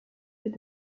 fait